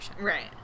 Right